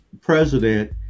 president